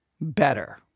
better